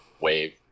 wave